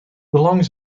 belang